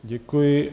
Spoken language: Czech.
Děkuji.